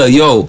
yo